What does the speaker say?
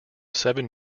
seven